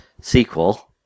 sequel